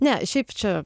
ne šiaip čia